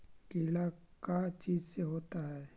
कीड़ा का चीज से होता है?